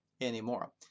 anymore